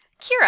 Kira